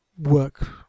work